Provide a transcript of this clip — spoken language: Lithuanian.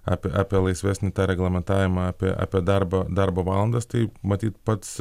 apie apie laisvesnį tą reglamentavimą apie apie darbą darbo valandas tai matyt pats